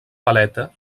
paleta